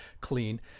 clean